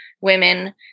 women